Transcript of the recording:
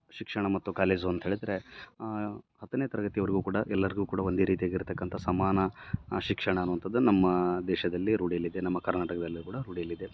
ಶಿಕ್ಷಣ ಮತ್ತು ಕಾಲೇಜು ಅಂತ ಹೇಳಿದರೆ ಹತ್ತನೇ ತರಗತಿ ಅವ್ರ್ಗು ಕೂಡ ಎಲ್ಲರ್ಗು ಕೂಡ ಒಂದೇ ರೀತಿಯಾಗಿರ್ತಕ್ಕಂಥ ಸಮಾನ ಶಿಕ್ಷಣ ಅನ್ನುವಂಥದ್ದನ್ನ ನಮ್ಮ ದೇಶದಲ್ಲಿ ರೂಢಿಯಲ್ಲಿದೆ ನಮ್ಮ ಕರ್ನಾಟಕದಲ್ಲಿಯೂ ಕೂಡ ರೂಢಿಯಲ್ಲಿದೆ